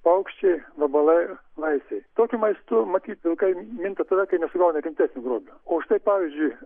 paukščiai vabalai vaisiai tokiu maistu matyt vilkai minta tada kai nesugauna rimtesnio grobio o štai pavyzdžiui